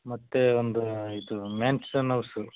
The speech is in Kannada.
ಮತ್ತೆ ಒಂದು ಇದು ಮ್ಯಾನ್ಷನ್ ಹೌಸು